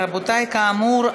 רבותי, כאמור,